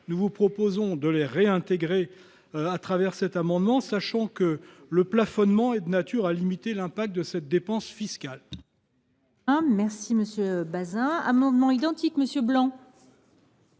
Nous proposons donc de les réintégrer au travers de cet amendement, sachant que le plafonnement est de nature à limiter l’impact de cette dépense fiscale.